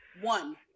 One